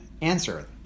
answer